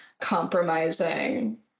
compromising